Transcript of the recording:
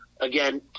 Again